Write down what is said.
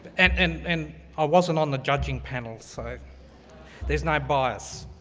and and and i wasn't on the judging panel, so there's no bias.